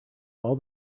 all